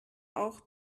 auch